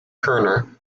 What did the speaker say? kerner